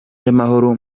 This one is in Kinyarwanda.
y’amahoro